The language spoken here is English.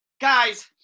guys